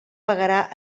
pagarà